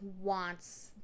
wants